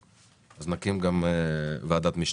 אז נקים גם ועדת משנה.